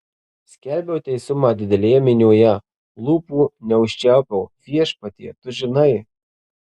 skelbiau teisumą didelėje minioje lūpų neužčiaupiau viešpatie tu žinai